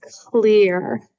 clear